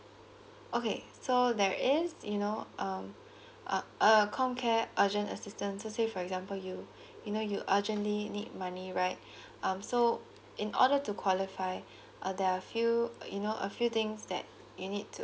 okay so there is you know um err err comcare urgent assistance to say for example you you know you urgently need money right um so in order to qualify there are few you know a few things that you need to